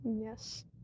Yes